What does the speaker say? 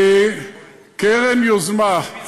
קרן יוזמה,